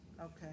Okay